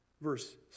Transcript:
Verse